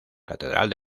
catedral